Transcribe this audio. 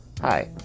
Hi